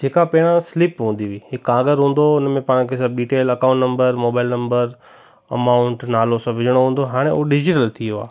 जेका पहिरियों स्लिप हूंदी हुई हिकु कागड़ हूंदो हुओ उन में पाण खे सभु detail account number mobile number amount नालो सभु विझिणो हूंदो हुओ हाणे उहो डिजीटल थी वियो आहे